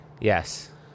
Yes